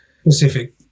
specific